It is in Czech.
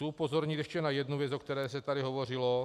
Chci upozornit ještě na jednu věc, o které se tady hovořilo.